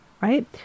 right